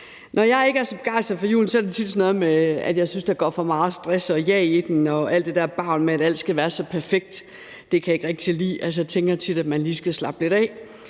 Når jeg ikke er så begejstret for julen, er det, fordi jeg synes, der går for meget stress og jag i den, og der er alt det der bavl med, at alt skal være så perfekt. Det kan jeg ikke rigtig lide. Jeg tænker tit, at man lige skal slappe lidt af.